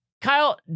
Kyle